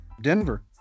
Denver